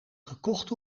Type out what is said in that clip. gekocht